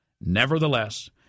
Nevertheless